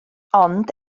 ond